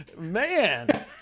man